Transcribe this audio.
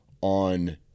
on